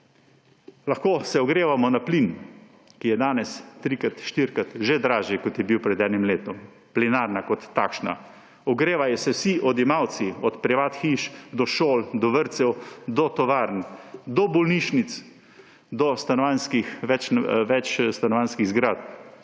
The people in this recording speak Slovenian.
Lahko se ogrevamo na plin, ki je danes trikrat, štirikrat že dražji, kot je bil pred enim letom, plinarna kot takšna. Ogrevajo se vsi odjemalci, od privatnih hiš, do šol, do vrtcev, do tovarn, do bolnišnic, do večstanovanjskih zgradb.